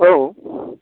औ